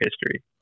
history